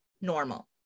normal